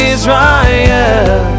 Israel